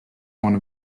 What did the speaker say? one